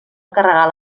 encarregar